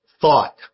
thought